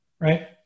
right